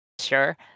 sure